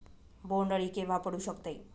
बोंड अळी केव्हा पडू शकते?